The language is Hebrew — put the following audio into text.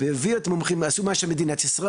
והביאו בעצמם את המומחים ועשו מה שמדינת ישראל